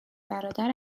برادر